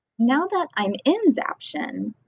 now that i'm in zaption,